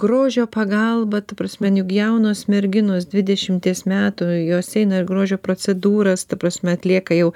grožio pagalba ta prasme juk jaunos merginos dvidešimties metų jos eina į grožio procedūras ta prasme atlieka jau